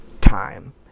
time